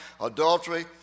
adultery